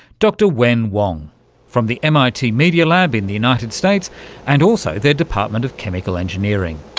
dr wen wang from the mit media lab in the united states and also their department of chemical engineering.